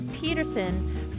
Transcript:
Peterson